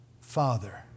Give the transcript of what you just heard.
Father